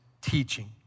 teaching